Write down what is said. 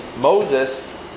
Moses